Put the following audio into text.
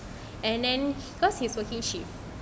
and then cause he's working shift